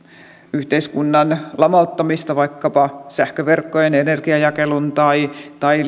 yhteiskunnan lamauttamista vaikkapa sähköverkkojen energianjakelun tai tai